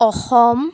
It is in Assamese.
অসম